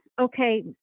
okay